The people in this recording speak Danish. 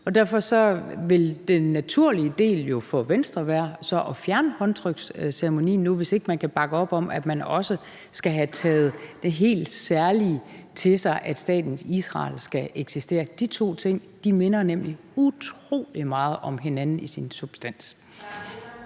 Derfor ville den naturlige ting at gøre for Venstre jo være at fjerne håndtryksceremonien nu, hvis man ikke kan bakke op om, at man også skal have taget det helt særlige, at staten Israel skal eksistere, til sig. De to ting minder nemlig utrolig meget om hinanden i deres substans.